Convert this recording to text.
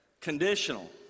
conditional